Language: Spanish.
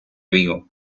vigo